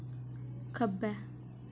खब्बै